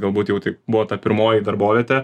galbūt jau taip buvo ta pirmoji darbovietė